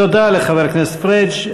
תודה לחבר הכנסת פריג'.